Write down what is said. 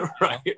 Right